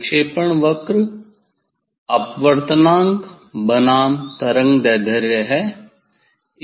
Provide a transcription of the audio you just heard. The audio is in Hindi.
विक्षेपण वक्र डिसपेरसिव कर्व अपवर्तनांक बनाम तरंगदैर्ध्य है